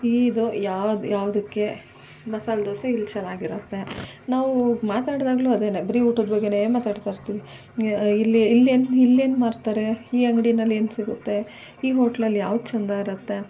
ಇದು ಯಾವ್ದು ಯಾವುದಕ್ಕೆ ಮಸಾಲ ದೋಸೆ ಇಲ್ಲಿ ಚೆನ್ನಾಗಿರುತ್ತೆ ನಾವು ಮಾತಾಡುವಾಗ್ಲೂ ಅದೇನೇ ಬರೀ ಊಟದ ಬಗ್ಗೆಯೇ ಮಾತಾಡ್ತಾಯಿರ್ತೀವಿ ಇಲ್ಲಿಯೇ ಇಲ್ಲೇನು ಇಲ್ಲೇನು ಮಾಡ್ತಾರೆ ಈ ಅಂಗ್ಡಿನಲ್ಲಿ ಏನು ಸಿಗುತ್ತೆ ಈ ಹೋಟ್ಲಲ್ಲಿ ಯಾವ್ದು ಚೆಂದ ಇರುತ್ತೆ